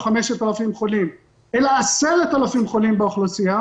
5,000 חולים אלא 10,000 חולים באוכלוסייה,